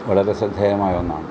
വളരെ ശ്രദ്ധേയമായ ഒന്നാണ്